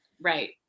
Right